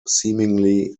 seemingly